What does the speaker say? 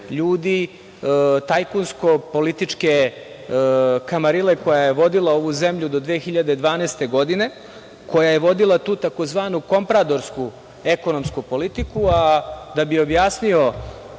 ljudi, tajkunsko-političke kamarile koja je vodila ovu zemlju do 2012. godine, koja je vodila tu tzv. kompradorsku ekonomsku politiku. Da bih objasnio